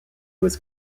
was